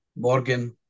Morgan